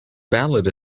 ballad